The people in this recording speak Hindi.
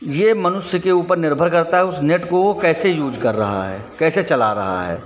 यह मनुष्य के ऊपर निर्भर करता है उस नेट को वह कैसे यूज कर रहा है कैसे चला रहा है